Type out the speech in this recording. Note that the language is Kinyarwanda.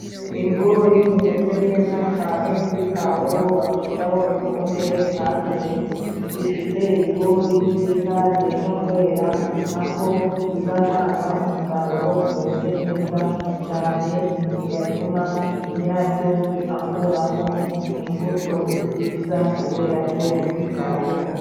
Ibigori bimeze neza cyane, byitaweho babishyiraho ifumbire ihagije, bifite ibigori byiza, byenda kwera, aho bizatanga umusaruro umeze neza cyane, bigatuma nyirabyo akuramo imbuto nziza kubera ko yabyitayeho.